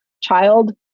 child